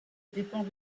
dépend